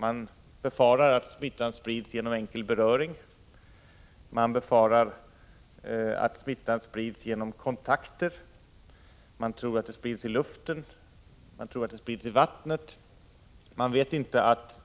Man befarar att den sprids genom enkel beröring, man befarar att den sprids genom kontakter, man tror att den sprids i luften och vattnet. Man vet inte att